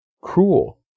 cruel